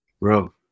Bro